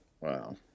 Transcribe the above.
Wow